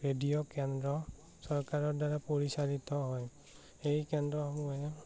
radio কেন্দ্ৰ চৰকাৰৰ দ্বাৰা পৰিচালিত হয় সেই কেন্দ্ৰসমূহে